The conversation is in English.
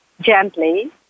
gently